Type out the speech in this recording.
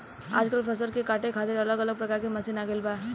आजकल फसल के काटे खातिर अलग अलग प्रकार के मशीन आ गईल बा